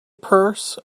purse